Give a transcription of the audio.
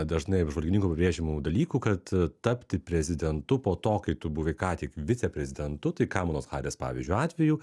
dažnai apžvalgininkų pabrėžiamų dalykų kad tapti prezidentu po to kai tu buvai ką tik viceprezidentu tai kamalos haris pavyzdžio atveju